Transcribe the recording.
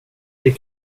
det